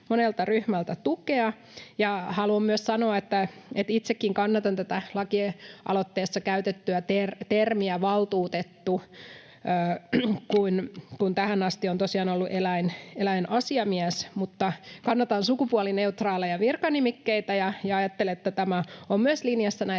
monelta ryhmältä tukea. Haluan myös sanoa, että itsekin kannatan tätä lakialoitteessa käytettyä termiä ”valtuutettu”, kun tähän asti on tosiaan ollut ”eläinasiamies”. Kannatan sukupuolineutraaleja virkanimikkeitä, ja ajattelen, että tämä on myös linjassa näiden